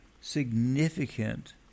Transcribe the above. significant